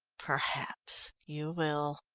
perhaps you will,